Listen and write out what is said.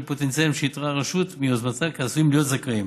פוטנציאליים שאיתרה הרשות מיוזמתה ועשויים להיות זכאים.